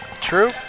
True